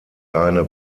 eine